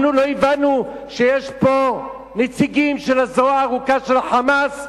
אנחנו לא הבנו שיש פה נציגים של הזרוע הארוכה של ה"חמאס",